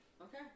Okay